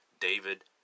David